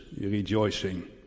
rejoicing